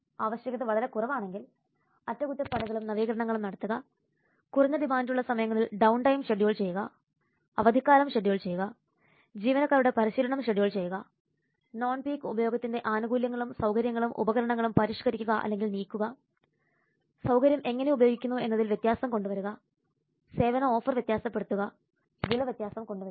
ആവശ്യകത വളരെ കുറവാണെങ്കിൽ അറ്റകുറ്റപ്പണികളും നവീകരണങ്ങളും നടത്തുക കുറഞ്ഞ ഡിമാൻഡുള്ള സമയങ്ങളിൽ ഡൌൺ ടൈം ഷെഡ്യൂൾ ചെയ്യുക അവധിക്കാലം ഷെഡ്യൂൾ ചെയ്യുക ജീവനക്കാരുടെ പരിശീലനം ഷെഡ്യൂൾ ചെയ്യുക നോൺ പീക്ക് ഉപയോഗത്തിന്റെ ആനുകൂല്യങ്ങളും സൌകര്യങ്ങളും ഉപകരണങ്ങളും പരിഷ്ക്കരിക്കുക അല്ലെങ്കിൽ നീക്കുക സൌകര്യം എങ്ങനെ ഉപയോഗിക്കുന്നു എന്നതിൽ വ്യത്യാസം കൊണ്ടുവരുക സേവന ഓഫർ വ്യത്യാസപ്പെടുത്തുക വില വ്യത്യാസം കൊണ്ടുവരിക